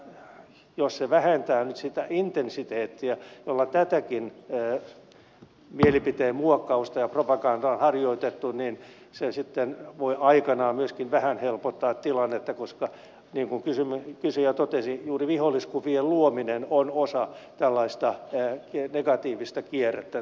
mutta jos se vähentää nyt sitä intensiteettiä jolla tätäkin mielipiteenmuok kausta ja propagandaa on harjoitettu niin se sitten voi aikanaan myöskin vähän helpottaa tilannetta koska niin kuin kysyjä totesi juuri viholliskuvien luominen on osa tällaista negatiivista kierrettä näissä konflikteissa